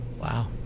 Wow